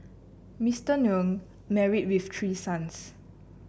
Mister Nguyen married with three sons